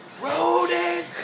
rodent